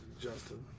Justin